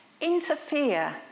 interfere